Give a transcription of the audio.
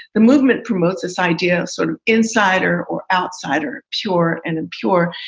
the movement promotes this idea, sort of insider or outsider, pure and impure.